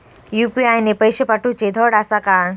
UPI ने पैशे पाठवूचे धड आसा काय?